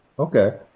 Okay